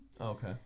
okay